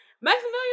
Maximilian